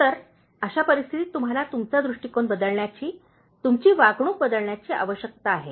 तर अशा परिस्थितीत तुम्हाला तुमचा दृष्टीकोन बदलण्याची तुमची वागणूक बदलण्याची आवश्यकता आहे